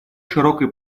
широкой